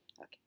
Okay